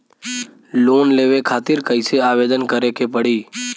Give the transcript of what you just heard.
Loan लेवे खातिर कइसे आवेदन करें के पड़ी?